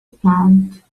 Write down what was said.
plant